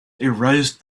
erased